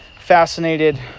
fascinated